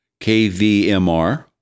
KVMR